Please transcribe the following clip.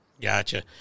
Gotcha